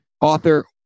author